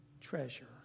treasure